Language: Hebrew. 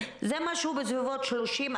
זה משהו בסביבות 30%,